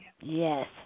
Yes